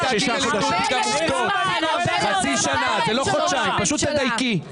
זה לא חודשיים, פשוט תדייקי.